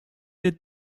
did